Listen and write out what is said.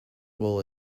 wool